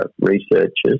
researchers